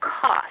cost